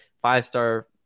five-star